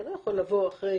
אתה לא יכול לבוא אחרי